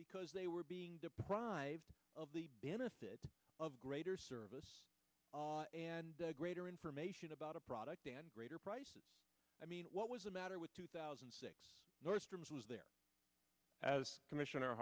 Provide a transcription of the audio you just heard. because they were being deprived of the benefit of greater service and greater information about a product and greater prices i mean what was the matter with two thousand and six nordstrom's was there as commissioner